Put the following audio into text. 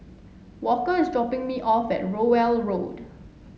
walker is dropping me off at Rowell Road